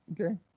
Okay